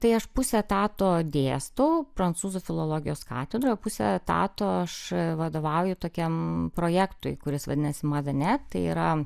tai aš puse etato dėstau prancūzų filologijos katedroje puse etato aš vadovauju tokiam projektui kuris vadinasi mave net tai yra